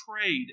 trade